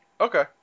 Okay